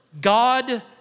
God